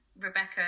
Rebecca